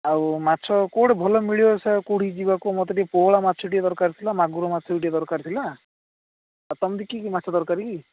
ଆଉ ମାଛ କେଉଁଠି ଭଲ ମିଳିବ ସାର୍ କେଉଁଠି ଯିବା କୁହ ମୋତେ ଟିକିଏ ପୋହଳା ମାଛ ଟିକିଏ ଦରକାର ଥିଲା ମାଗୁର ମାଛ ବି ଟିକିଏ ଦରକାର ଥିଲା ଆଉ ତୁମ ବି କି କି ମାଛ ଦରକାର କି